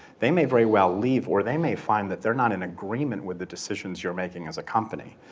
they may very well leave or they may find that they're not in agreement with the decisions you're making as a company.